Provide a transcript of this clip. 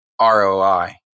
roi